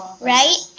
right